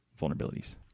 vulnerabilities